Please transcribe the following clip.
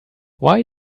why